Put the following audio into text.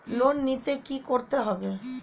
Loan নিতে কী করতে হবে?